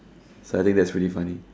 that's really funny